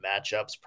matchups